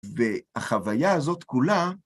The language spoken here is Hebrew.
והחוויה הזאת כולה